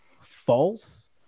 false